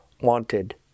wanted